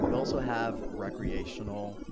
and also have recreational.